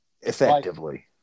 effectively